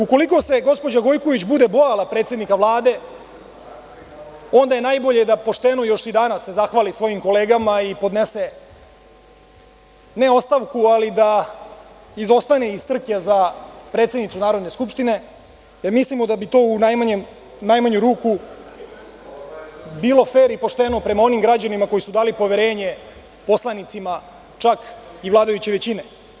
Ukoliko se gospođa Gojković bude bojala predsednika Vlade, onda je najbolje da pošteno još i danas zahvali svojim kolegama i podnese ne ostavku, ali da izostane iz trke za predsednicu Narodne skupštine, jer mislimo da bi to u najmanju ruku bilo fer i pošteno prema onim građanima koji su dali poverenje poslanicima, čak i vladajuće većine.